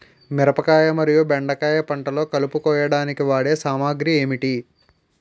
మిరపకాయ మరియు బెండకాయ పంటలో కలుపు కోయడానికి వాడే సామాగ్రి ఏమిటి?